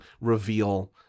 reveal